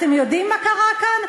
אתם יודעים מה קרה כאן?